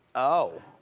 oh.